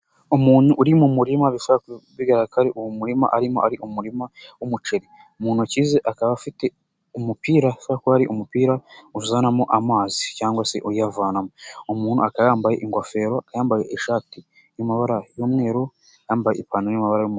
Umuntu uri mu murima bishobora kuba bigaragara ko ubwo murima arimo ari umurima w'umuceri. Mu ntoki ze akaba afite umupira ushobora kuba ari umupira uzanamo amazi cyangwa se uyavanamo umuntu akaba yambaye ingofero yambaye ishati y'amabara y'umweru yambaye ipantaro iri mu mabara y'umukara.